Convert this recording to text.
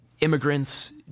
immigrants